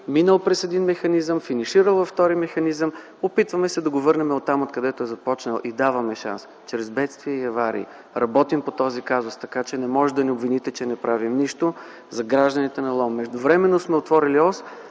минал през един механизъм, финиширал във втори механизъм. Опитваме се да го върнем оттам, откъдето е започнал и даваме шанс чрез бедствия и аварии. Работим по този казус, така че не може да ни обвините, че не правим нищо за гражданите на Лом. Междувременно сме отворили ос,